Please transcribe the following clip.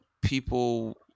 people